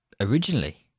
originally